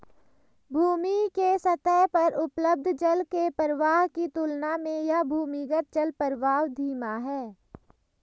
भूमि के सतह पर उपलब्ध जल के प्रवाह की तुलना में यह भूमिगत जलप्रवाह धीमा है